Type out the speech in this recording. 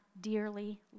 dearly